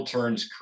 Turns